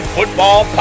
Football